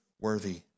worthy